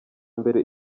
mbere